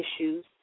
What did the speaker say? issues